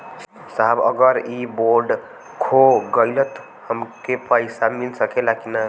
साहब अगर इ बोडखो गईलतऽ हमके पैसा मिल सकेला की ना?